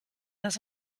das